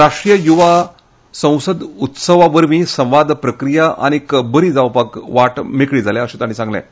राष्ट्रीय यूवा संसद उत्सवा वरवीं संवाद प्रक्रिया आनीक बरी जावपाक वाट मेकळी जाल्या अशें तांणी सांगलें